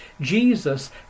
Jesus